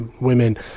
women